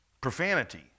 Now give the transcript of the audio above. profanity